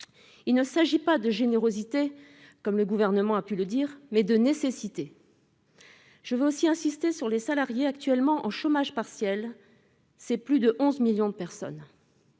Il s'agit non pas de générosité, comme le Gouvernement a pu le dire, mais de nécessité. Je veux aussi insister sur les salariés actuellement en chômage partiel, plus de 11 millions de personnes.